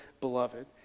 Beloved